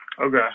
Okay